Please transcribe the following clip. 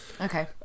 Okay